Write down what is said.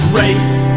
race